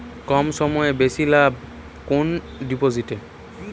কম সময়ে বেশি লাভ কোন ডিপোজিটে?